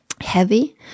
Heavy